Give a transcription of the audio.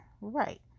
right